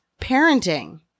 parenting